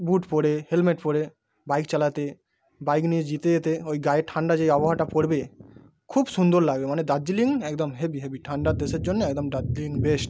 বুট পরে হেলমেট পরে বাইক চালাতে বাইক নিয়ে যেতে যেতে ওই গায়ে ঠাণ্ডা যে আবহাওয়াটা পড়বে খুব সুন্দর লাগবে মানে দার্জিলিং একদম হেভি হেভি ঠাণ্ডার দেশের জন্য একদম দার্জিলিং বেস্ট